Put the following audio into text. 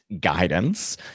guidance